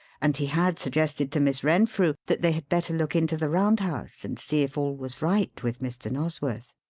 and he had suggested to miss renfrew that they had better look into the round house and see if all was right with mr. nosworth.